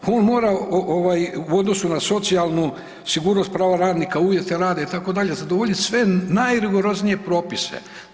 On mora u odnosu na socijalnu sigurnost prava radnika, uvjete rada itd. zadovoljiti sve najrigoroznije propise.